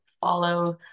follow